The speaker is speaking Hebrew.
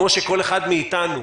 כמו שכל אחד מאתנו,